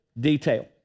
detail